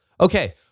Okay